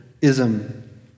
ism